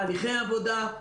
תהליכי עבודה.